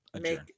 make